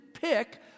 pick